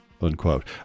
Unquote